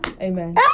Amen